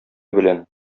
белән